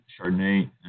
Chardonnay